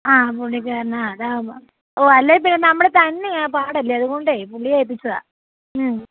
ആ പുള്ളിക്കാരനാണ് അതാണ് ഓഹ് അല്ലെങ്കിൽപ്പിന്നെ നമ്മൾ തന്നെയാണ് പാടല്ലേ അതുകൊണ്ടേ പുള്ളിയെ ഏല്പിച്ചതാണ്